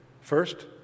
First